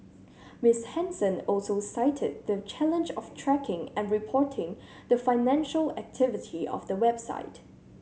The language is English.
Miss Henson also cited the challenge of tracking and reporting the financial activity of the website